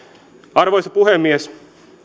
arvoisa puhemies